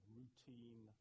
routine